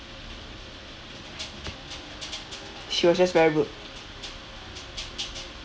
she was just very rude